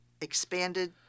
expanded